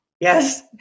Yes